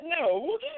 no